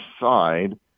side